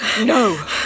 No